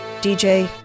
DJ